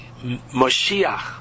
Moshiach